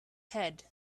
head